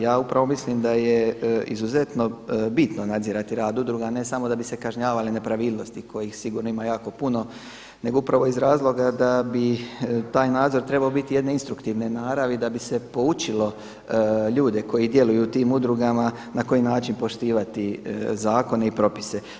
Ja upravo mislim da je izuzetno bitno nadzirati rad udruga, ne samo da bi se kažnjavale nepravilnosti kojih sigurno ima jako puno nego upravo iz razloga da bi taj nadzor trebao biti jedne instruktivne naravi da bi se poučilo ljude koji djeluju u tim udrugama na koji način poštivati zakone i propise.